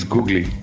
Googly